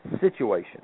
situation